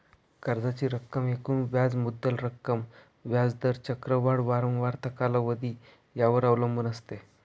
कर्जाची रक्कम एकूण व्याज मुद्दल रक्कम, व्याज दर, चक्रवाढ वारंवारता, कालावधी यावर अवलंबून असते